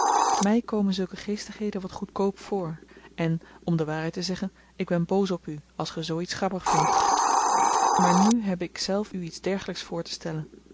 my komen zulke geestigheden wat goedkoop voor en om de waarheid te zeggen ik ben boos op u als ge zoo iets grappig vindt maar nu heb ikzelf u iets dergelyks voortestellen